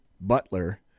Butler